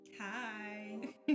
hi